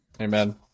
Amen